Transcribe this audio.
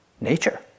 nature